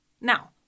Now